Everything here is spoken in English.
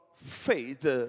Faith